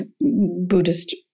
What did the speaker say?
Buddhist